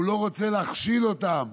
הוא לא רוצה להכשיל אותם